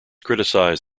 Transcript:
criticised